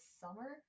summer